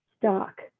stock